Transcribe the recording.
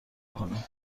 کنیم